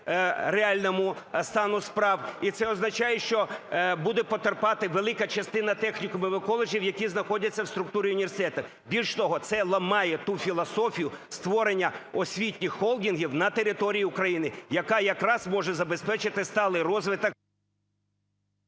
реальному стану справ, і це означає, що буде потерпати велика частина технікумів і коледжів, які знаходяться в структурі університету. Більш того, це ламає ту філософію створення освітніх холдингів на території України, яка якраз може забезпечити сталий розвиток…